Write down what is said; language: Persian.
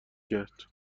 کرد